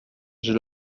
j’ai